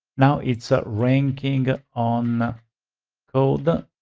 now it's ah ranking ah on code